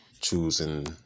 choosing